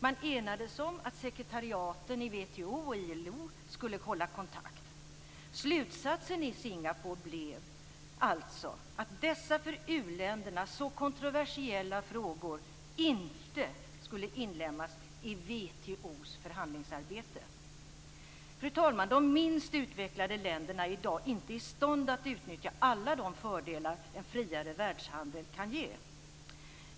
Man enades om att sekretariaten i WTO och ILO skulle hålla kontakt. Slutsatsen i Singapore blev alltså att dessa för uländerna så kontroversiella frågor inte skulle inlemmas i WTO:s förhandlingsarbete. Fru talman! De minst utvecklade länderna är i dag inte i stånd att utnyttja alla de fördelar en friare världshandel kan ge.